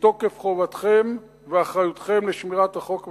מתוקף חובתכם ואחריותכם לשמירת החוק והסדר: